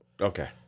Okay